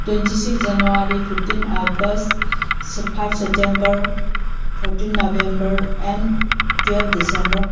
twenty six January fifteen August five September fourteen November and twelve December